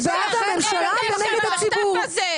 אז את בעד הממשלה ונגד הציבור.